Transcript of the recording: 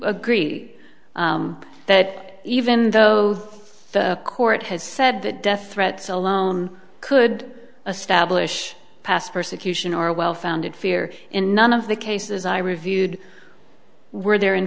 agree that even though the court has said that death threats alone could a stablish past persecution or a well founded fear in none of the cases i reviewed were there in